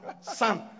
son